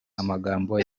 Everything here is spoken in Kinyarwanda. amagambo